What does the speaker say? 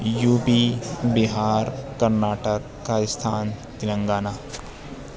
you P Bihar Karnataka Rajasthan Telangana